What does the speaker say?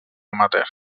amateur